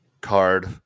card